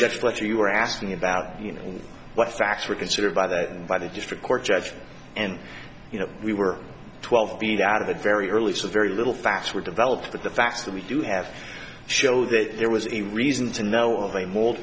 just let you were asking about you know what facts were considered by the by the district court judge and you know we were twelve feet out of a very early so very little facts were developed but the facts that we do have show that there was a reason to